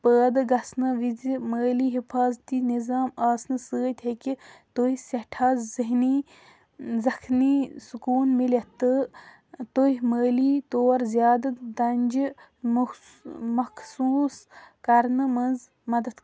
پٲدِ گژھنہٕ وِزۍ مٲلی حِفاظتی نظام آسنہٕ سۭتۍ ہیٚکہِ تُہۍ سٮ۪ٹھاہ ذہنی زخمی سکوٗن میٖلِتھ تہٕ ٲں تُہۍ مٲلی طور زیادٕ دنٛجہِ مخصوٗص کرنہٕ منٛز مدد